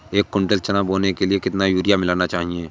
एक कुंटल चना बोने के लिए कितना यूरिया मिलाना चाहिये?